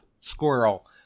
squirrel